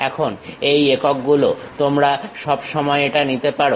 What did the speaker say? এখন এই একক গুলো তোমরা সব সময় এটা নিতে পারো